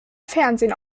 fernsehen